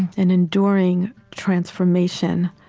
an enduring transformation.